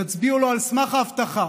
יצביעו לו על סמך ההבטחה